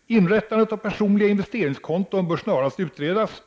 Frågan om inrättandet av personliga investeringskonton bör snarast utredas,